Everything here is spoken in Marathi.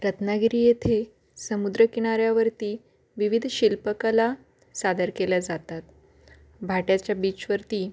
रत्नागिरी येथे समुद्रकिनाऱ्यावरती विविध शिल्पकला सादर केल्या जातात भाट्याच्या बीचवरती